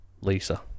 Lisa